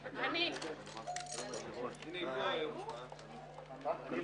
הישיבה ננעלה בשעה 12:20.